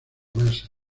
masa